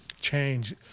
change